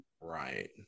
right